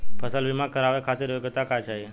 फसल बीमा करावे खातिर योग्यता का चाही?